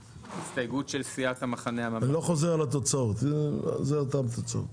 אני לא חוזר על התוצאות זה אותן תוצאות.